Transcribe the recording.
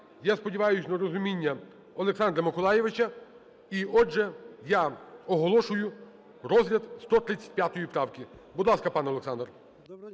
Я сподіваюсь на розуміння Олександра Миколайовича. І, отже, я оголошую розгляд 135 правки. Будь ласка, пан Олександр.